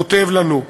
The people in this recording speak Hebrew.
כותב לנו: